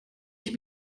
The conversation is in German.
ich